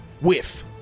Whiff